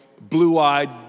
blue-eyed